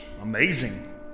amazing